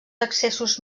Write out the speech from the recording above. accessos